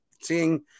seeing